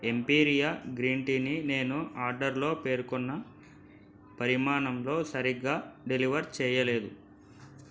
ఎంపీరియా green టీని నేను ఆడర్లో పేర్కొన్న పరిమాణంలో సరిగ్గా డెలివర్ చేయలేదు